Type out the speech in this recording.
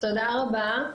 תודה רבה.